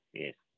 yes